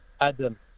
Adam